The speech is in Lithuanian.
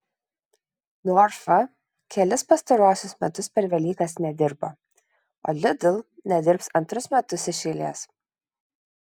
norfa kelis pastaruosius metus per velykas nedirbo o lidl nedirbs antrus metus iš eilės